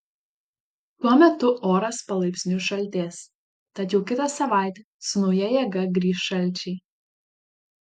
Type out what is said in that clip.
tuo metu oras palaipsniui šaltės tad jau kitą savaitę su nauja jėga grįš šalčiai